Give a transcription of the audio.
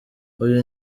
uyu